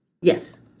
Yes